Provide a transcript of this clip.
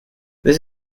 this